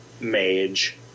mage